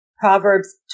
Proverbs